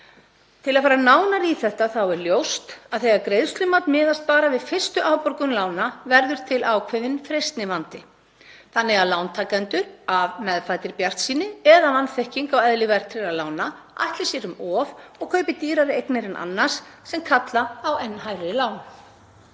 Til að fara nánar í þetta þá er ljóst að þegar greiðslumat miðast bara við fyrstu afborgun lána verður til ákveðinn freistnivandi þannig að lántakendur, af meðfæddri bjartsýni eða vanþekkingu á eðli verðtryggðra lána, ætli sér um of og kaupi dýrari eignir en annars sem kalla á enn hærri lán.